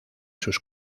sus